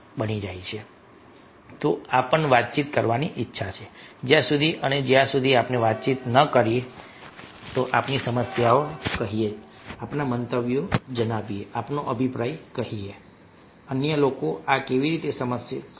તો આ પણ વાતચીત કરવાની ઈચ્છા છે જ્યાં સુધી અને જ્યાં સુધી આપણે વાતચીત ન કરીએ આપણી સમસ્યા કહીએ આપણા મંતવ્યો જણાવીએ આપણો અભિપ્રાય કહીએ અન્ય લોકો આ કેવી રીતે સમજશે